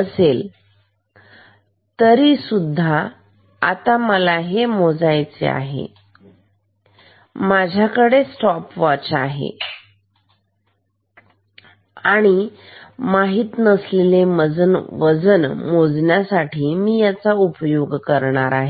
असेल तरीसुद्धा आता जर मला हे मोजायचे असेल तर माझ्याकडे हे स्टॉपवॉच आहे आणि माहित नसलेले वजन मोजण्यासाठी मी या स्टॉपवॉच चा उपयोग करत आहे